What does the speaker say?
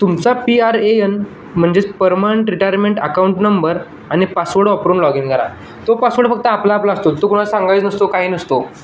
तुमचा P R A N म्हणजेच permanent retirement account number आणि पासवर्ड वापरून लॉग इन करा तो पासवर्ड फक्त आपला आपला असतो तो कोणाला सांगायच नसतो काही नसतो